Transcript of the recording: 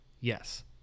Yes